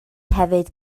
hefyd